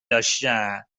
داشتن